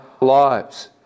lives